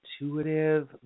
intuitive